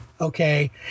Okay